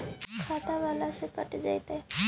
खाता बाला से कट जयतैय?